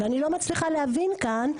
ואני לא מצליחה להבין כאן,